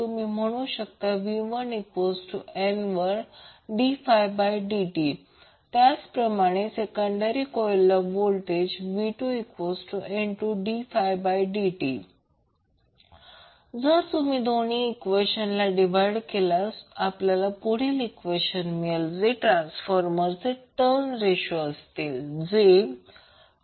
तुम्ही म्हणू शकता v1N1ddt त्याच प्रमाणे सेकंडरी कॉइलला व्होल्टेज v2N2ddt जर तुम्ही दोन्ही इक्वेशन ला डिव्हाइड केल्यास आपल्याला पुढील इक्वेशन मिळेल जे ट्रान्सफॉर्मरचे टर्न रेशो असते